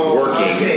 working